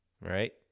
right